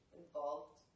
involved